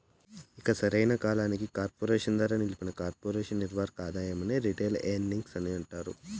ఇక సరైన కాలానికి కార్పెరేషన్ ద్వారా నిలిపిన కొర్పెరేషన్ నిర్వక ఆదాయమే రిటైల్ ఎర్నింగ్స్ అంటాండారు